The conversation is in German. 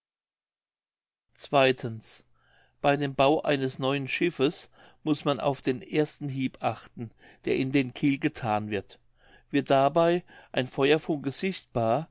bei dem bau eines neuen schiffes muß man auf den ersten hieb achten der in den kiel gethan wird wird dabei ein feuerfunke sichtbar